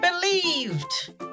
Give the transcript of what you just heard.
believed